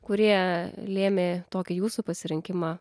kurie lėmė tokį jūsų pasirinkimą